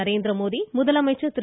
நரேந்திரமோடி முதலமைச்சர் திரு